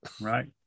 Right